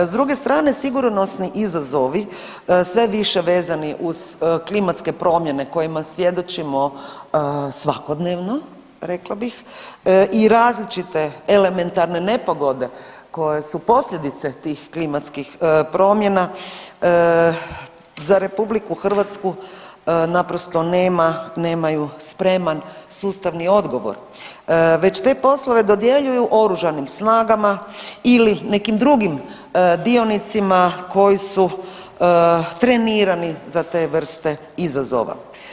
S druge strane sigurnosni izazovi sve više vezani uz klimatske promjene kojima svjedočimo svakodnevno rekla bih i različite elementarne nepogode koje su posljedice tih klimatskih promjena za RH naprosto nema, nemaju spreman sustavni odgovor već te poslove dodjeljuju oružanim snagama ili nekim drugim dionicima koji su trenirani za te vrste izazova.